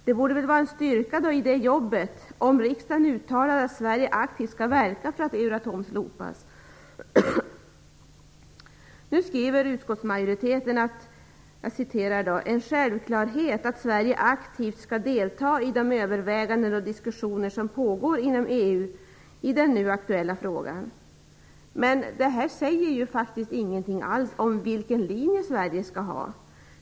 Det borde vara en styrka i att riksdagen uttalar att Sverige aktivt skall verka för att Euratom slopas. Nu skriver utskottsmajoriteten: "Det är en självklarhet att Sverige aktivt skall delta i de överväganden och diskussioner som pågår inom EU i den nu aktuella frågan". Men detta säger ju faktiskt ingenting alls om vilken linje Sverige skall ha.